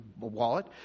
wallet